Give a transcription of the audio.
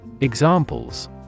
Examples